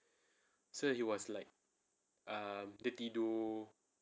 so he was like um tertidur